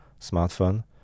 smartphone